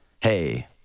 hey